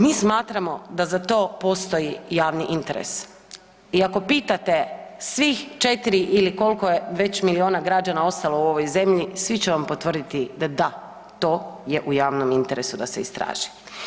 Mi smatramo da za to postoji javni interes i ako pitati svih četiri ili koliko je već milijuna građana ostalo u ovoj zemlji, svi će vam potvrditi da da, to je u javnom interesu da se istraži.